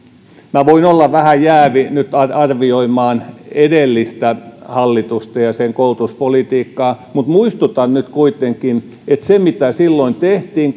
minä voin olla vähän jäävi nyt arvioimaan edellistä hallitusta ja sen koulutuspolitiikkaa mutta muistutan nyt kuitenkin että se mitä silloin tehtiin